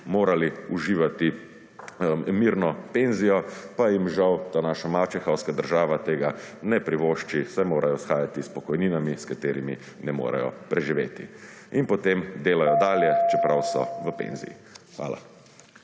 morali uživati mirno penzijo, pa jim žal ta naša mačehovska država tega ne privošči, saj morajo shajati s pokojninami, s katerimi ne morejo preživeti in potem delajo dalje, čeprav so v penziji. Hvala.